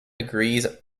agrees